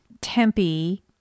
Tempe